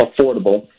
affordable